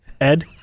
Ed